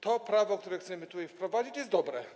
To prawo, które chcemy wprowadzić, jest dobre.